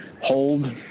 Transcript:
hold